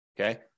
Okay